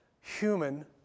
human